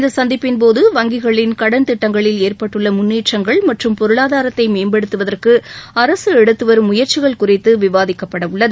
இந்த சந்திப்பின்போது வங்கிகளின் கடன் திட்டங்களில் ஏற்பட்டுள்ள முன்னேற்றங்கள் மற்றும் பொருளாதாரத்தை மேம்படுத்துவதற்கு அரசு எடுத்துவரும் முயற்சிகள் குறித்து விவாதிக்கப்பட உள்ளது